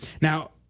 Now